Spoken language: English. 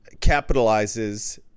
capitalizes